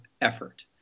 effort